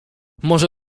może